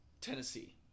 Tennessee